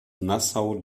nassau